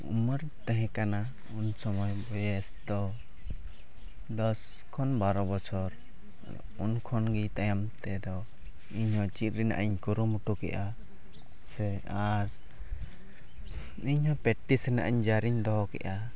ᱩᱢᱮᱹᱨ ᱛᱟᱦᱮᱸ ᱠᱟᱱᱟ ᱩᱱ ᱥᱚᱢᱚᱭ ᱵᱚᱭᱮᱥ ᱫᱚ ᱫᱚᱥ ᱠᱷᱚᱱ ᱵᱟᱨᱚ ᱵᱚᱪᱷᱚᱨ ᱩᱱ ᱠᱷᱚᱱ ᱜᱮ ᱛᱟᱭᱚᱢ ᱛᱮᱫᱚ ᱤᱧᱦᱚᱸ ᱪᱮᱫ ᱨᱮᱭᱟᱜ ᱤᱧ ᱠᱩᱨᱩᱢᱩᱴᱩ ᱠᱮᱫᱼᱟ ᱥᱮ ᱟᱨ ᱤᱧ ᱦᱚᱸ ᱯᱮᱠᱴᱤᱥ ᱨᱮᱱᱟᱜ ᱡᱟᱨ ᱤᱧ ᱫᱚᱦᱚ ᱠᱮᱫᱼᱟ